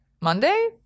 Monday